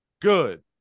good